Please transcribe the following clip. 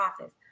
office